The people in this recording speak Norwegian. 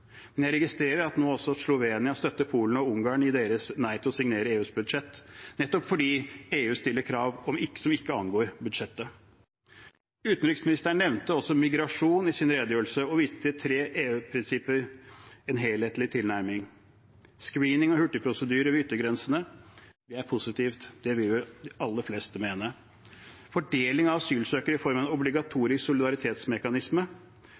men jeg registrerer at også Slovenia nå støtter Polen og Ungarn i deres nei til å signere EUs budsjett, nettopp fordi EU stiller krav som ikke angår budsjettet. Utenriksministeren nevnte også migrasjon i sin redegjørelse og viste til tre EU-prinsipper, en helhetlig tilnærming. For det første screening og hurtigprosedyre ved yttergrensene. Det er positivt, det vil vel de aller fleste mene. For det andre fordeling av asylsøkere i form av en